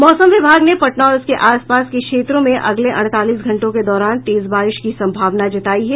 मौसम विभाग ने पटना और उसके आस पास के क्षेत्रों में अगले अड़तालीस घंटों के दौरान तेज बारिश की संभावना जतायी है